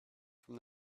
from